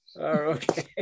Okay